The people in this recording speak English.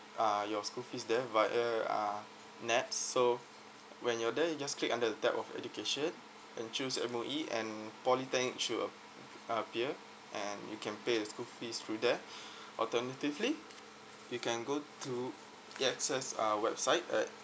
uh your school fees there via uh NETS so when you're there you just click under the tab of education and choose M_O_E and polytechnic should appear and you can pay the school fees through there alternatively you can go to A_X_S uh website at